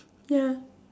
ya